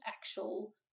actual